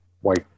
white